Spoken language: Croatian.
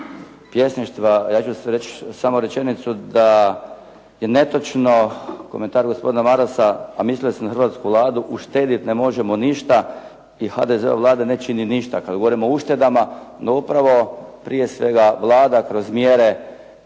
pjesništva, ja ću reći samo rečenicu da je netočno komentar gospodina Marasa, a mislilo se na hrvatsku Vladu uštediti ne možemo ništa i HDZ-ova Vlada ne čini ništa. Kad govorimo o uštedama upravo prije svega Vlada kroz mjere